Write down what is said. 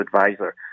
advisor